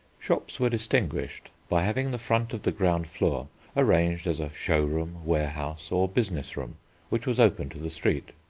shops were distinguished by having the front of the ground floor arranged as a show-room, warehouse, or business room which was open to the street.